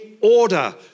order